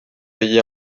payés